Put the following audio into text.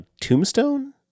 tombstone